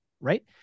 right